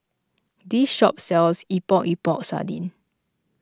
this shop sells Epok Epok Sardin